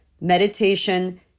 meditation